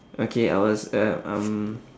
okay I was uh um